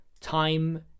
time